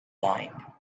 blind